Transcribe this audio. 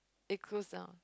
it closed down